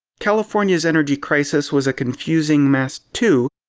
california's energy crisis was a confusing mess too,